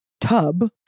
tub